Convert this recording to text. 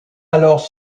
alors